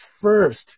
first